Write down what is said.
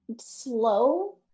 slow